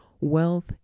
Wealth